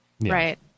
Right